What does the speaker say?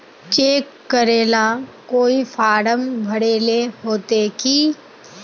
Cheque करेला कोई form भरेले होते की?